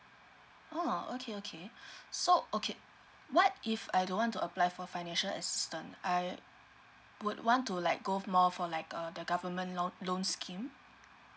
oh okay okay so okay what if I don't want to apply for financial assistance I would want to like go more for like err the government loa~ loan scheme